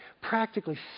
practically